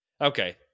Okay